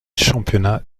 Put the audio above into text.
championnats